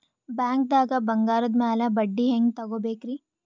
ಬ್ಯಾಂಕ್ದಾಗ ಬಂಗಾರದ್ ಮ್ಯಾಲ್ ಬಡ್ಡಿ ಹೆಂಗ್ ತಗೋಬೇಕ್ರಿ?